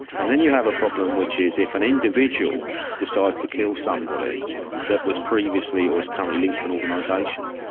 and then you have a problem which is if an individual decides to kill somebody that was previously or is currently linked to an organisation,